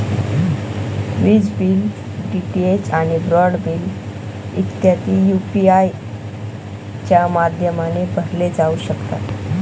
विज bill, DTH आणि broadband bill इत्यादी बिल यू.पी.आय च्या माध्यमाने भरले जाऊ शकतात